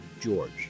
George